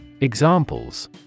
Examples